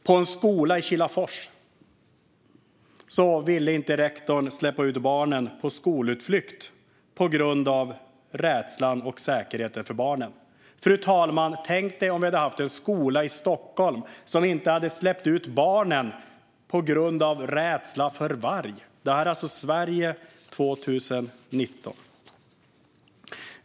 På en skola i Kilafors ville rektorn inte släppa ut barnen på skolutflykt på grund av oro för barnens säkerhet. Tänk om en skola i Stockholm inte hade släppt ut barnen på grund av rädsla för varg! Detta är alltså Sverige 2019.